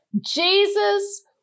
Jesus